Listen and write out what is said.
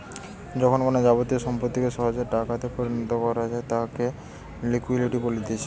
যখন কোনো যাবতীয় সম্পত্তিকে সহজে টাকাতে পরিণত করা যায় তাকে লিকুইডিটি বলতিছে